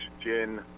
gin